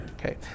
Okay